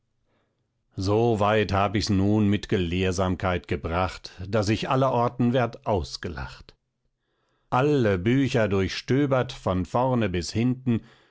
so weit hab ichs nun mit gelehrsamkeit gebracht daß ich allerorten werd ausgelacht alle bücher durchstöbert von vorne bis hinten